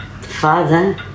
Father